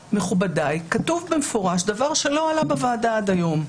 מכובדיי, כתוב במפורש דבר שלא עלה בוועדה עד היום,